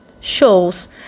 shows